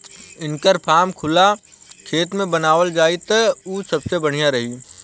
इनकर फार्म खुला खेत में बनावल जाई त उ सबसे बढ़िया रही